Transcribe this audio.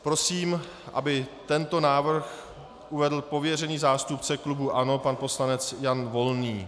Prosím, aby tento návrh uvedl pověřený zástupce klubu ANO pan poslanec Jan Volný.